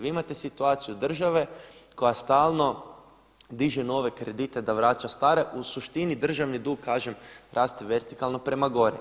Vi imate situaciju države koja stalno diže nove kredite da vraća stare, u suštini državni dug kažem raste vertikalno prema gore.